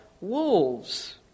wolves